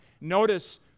Notice